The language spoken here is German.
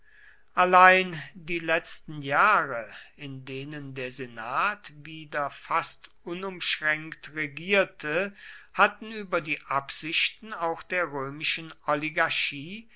allein die letzten jahre in denen der senat wieder fast unumschränkt regierte hatten über die absichten auch der römischen